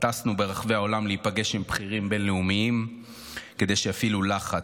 טסנו ברחבי העולם להיפגש עם בכירים בין-לאומיים כדי שיפעילו לחץ.